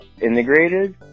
integrated